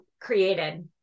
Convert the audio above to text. created